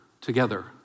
together